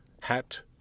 hat